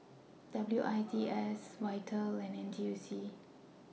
W I T S Vital and N T U C